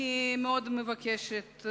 אני מאוד מבקשת,